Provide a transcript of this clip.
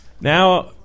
Now